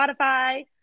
spotify